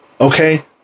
Okay